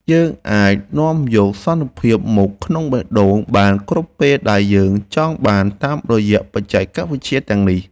យើងអាចនាំយកសន្តិភាពមកក្នុងបេះដូងបានគ្រប់ពេលដែលយើងចង់បានតាមរយៈបច្ចេកវិទ្យាទាំងនេះ។